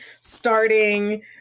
starting